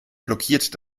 blockiert